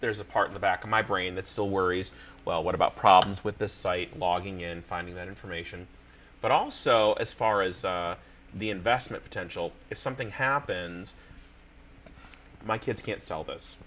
there's a part of the back of my brain that still worries well what about problems with the site logging in finding that information but also as far as the investment potential if something happens my kids can't sell th